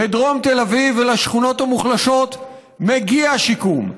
לדרום תל אביב ולשכונות המוחלשות מגיע שיקום.